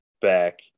back